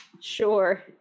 Sure